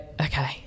okay